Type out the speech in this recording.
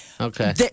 Okay